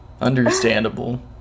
understandable